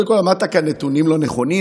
קודם כול, אמרת כאן נתונים לא נכונים.